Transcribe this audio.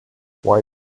why